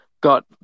got